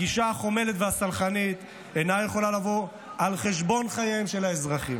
הגישה החומלת והסלחנית אינה יכולה לבוא על חשבון חייהם של האזרחים.